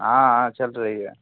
हाँ हाँ चल रही है